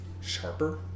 sharper